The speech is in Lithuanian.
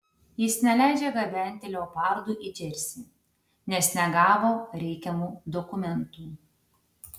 jis neleidžia gabenti leopardų į džersį nes negavo reikiamų dokumentų